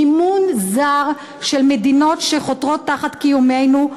מימון זר של מדינות שחותרות תחת קיומנו,